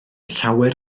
llawer